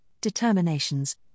Determinations